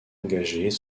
engagés